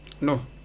No